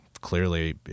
clearly